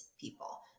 people